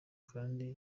kandi